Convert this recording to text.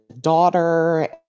daughter